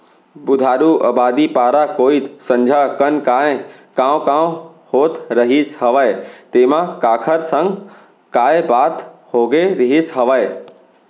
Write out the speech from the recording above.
बुधारू अबादी पारा कोइत संझा कन काय कॉंव कॉंव होत रहिस हवय तेंमा काखर संग काय बात होगे रिहिस हवय?